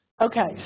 Okay